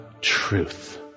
truth